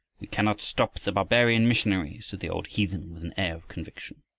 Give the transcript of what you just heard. cannot stop the barbarian missionary, said the old heathen with an air of conviction.